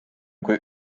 kui